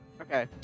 Okay